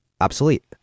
obsolete